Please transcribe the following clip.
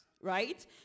right